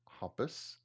Hoppus